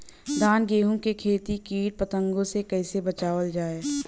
धान गेहूँक खेती के कीट पतंगों से कइसे बचावल जाए?